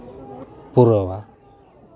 ᱯᱩᱨᱟᱹᱣᱟ